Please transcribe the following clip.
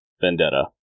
vendetta